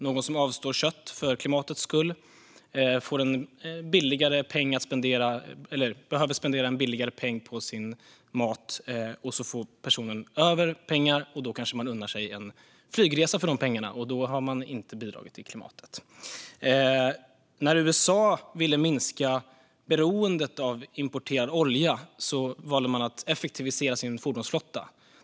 Någon som avstår kött för klimatets skull behöver spendera en mindre peng på sin mat och får därmed pengar över. Personen kanske unnar sig en flygresa för dessa pengar, och då har den inte bidragit till klimatet. När USA ville minska sitt beroende av importerad olja valde man att effektivisera sin fordonsflotta.